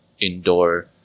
indoor